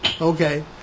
Okay